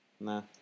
Nah